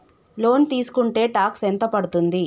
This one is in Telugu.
లోన్ తీస్కుంటే టాక్స్ ఎంత పడ్తుంది?